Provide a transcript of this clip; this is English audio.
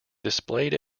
displayed